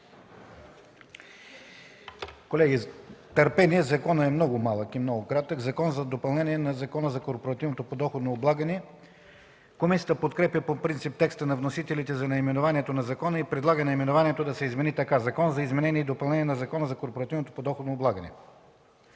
господин Кънев. ДОКЛАДЧИК ПЕТЪР КЪНЕВ: „Закон за допълнение на Закона за корпоративното подоходно облагане”. Комисията подкрепя по принцип текста на вносителите за наименованието на закона и предлага наименованието да се измени така: „Закон за изменение и допълнение на Закона за корпоративното подоходно облагане”.